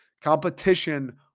Competition